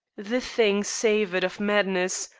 the thing savored of madness,